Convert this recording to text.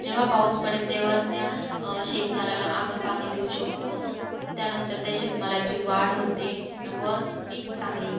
जेव्हा पाऊस पडेल तेव्हाच त्या शेतमालाला आपण पाणी देऊ शकतो त्यानंतर त्या शेतमालाची वाढ होते व पीक चांगले होते